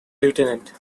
lieutenant